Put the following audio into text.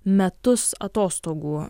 metus atostogų